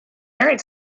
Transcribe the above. married